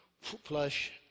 Flush